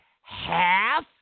half